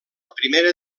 primera